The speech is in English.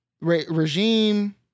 regime